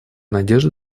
надежды